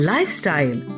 Lifestyle